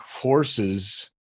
courses